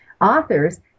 authors